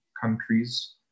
countries